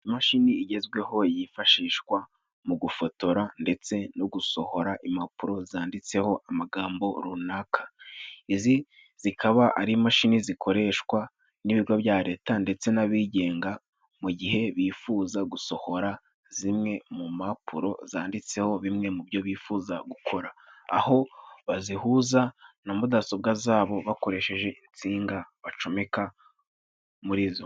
Imashini igezweho yifashishwa mu gufotora ndetse no gusohora impapuro zanditseho amagambo runaka. Izi zikaba ari imashini zikoreshwa n'ibigo bya Leta ndetse n'abigenga mu gihe bifuza gusohora zimwe mu mpapuro zanditseho bimwe mu byo bifuza gukora. Aho bazihuza na mudasobwa zabo bakoresheje insinga bacomeka muri zo.